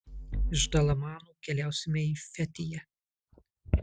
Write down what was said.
iš dalamano keliausime į fetiją